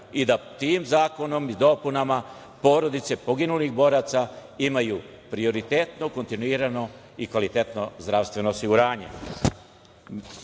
i da tim zakonom i dopunama porodice poginulih boraca imaju prioritetno kontinuirano i kvalitetno zdravstveno osiguranje. Pitanje